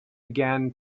again